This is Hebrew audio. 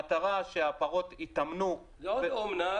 המטרה היא שהפרות יתאמנו -- לא רק באומנה,